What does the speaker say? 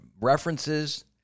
references